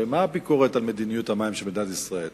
הרי מה הביקורת על מדיניות המים של מדינת ישראל?